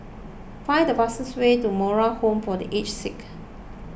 find the fastest way to Moral Home for the Aged Sick